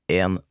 en